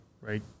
Right